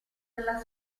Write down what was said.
della